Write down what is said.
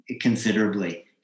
considerably